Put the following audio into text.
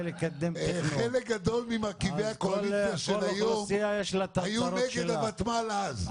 לקדם אותו -- חלק גדול ממרכיבי הקואליציה של היום היו דרך הוותמ"ל אז.